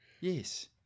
Yes